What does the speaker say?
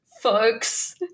folks